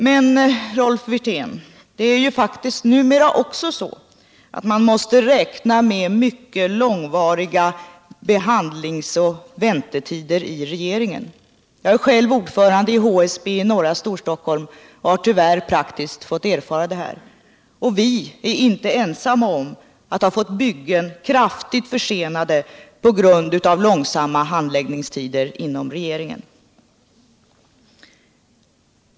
Men numera måste man faktiskt också räkna med mycket långa behandlingsoch väntetider i regeringen. Jag är själv ordförande i HSB i Norra Stor-Stockholm och har även praktiskt fått erfara detta. Vi är inte ensamma om att ha fått byggen kraftigt försenade på grund av långa handläggningstider inom regeringen.